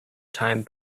time